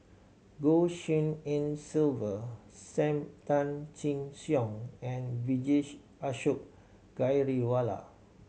Goh Shin En Sylvia Sam Tan Chin Siong and Vijesh Ashok Ghariwala